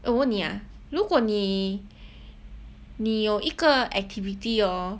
我问你啊如果你你有一个 activity hor